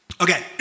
Okay